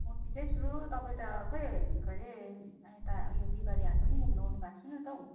म ठिकै छु तपाईँ त खोइ के अरे यता उयो बिहिबारे हाट पनि घुम्नु आउनु भएको छैन त हौ